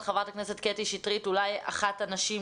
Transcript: חברת הכנסת קטי שטרית אולי אחת הנשים